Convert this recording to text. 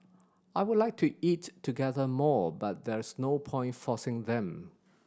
I would like to eat together more but there is no point forcing them